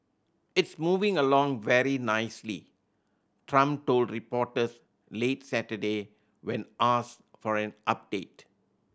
it's moving along very nicely Trump told reporters late Saturday when asked for an update